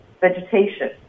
vegetation